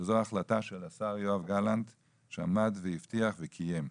וזו החלטה של השר יואב גלנט שעמד והבטיח, וקיים.